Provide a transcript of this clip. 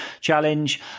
challenge